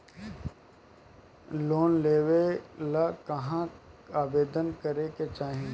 Loan लेवे ला कहाँ आवेदन करे के चाही?